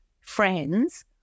friends